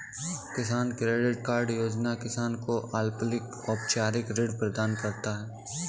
किसान credit card योजना किसान को अल्पकालिक औपचारिक ऋण प्रदान करता है